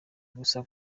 gusa